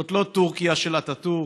זאת לא טורקיה של אטאטורק,